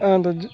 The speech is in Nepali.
अन्त जु